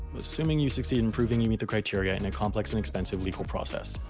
assuming you succeed in proving you meet the criteria in a complex and expensive legal process.